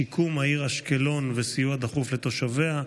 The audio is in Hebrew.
שיקום העיר אשקלון וסיוע דחוף לתושביה.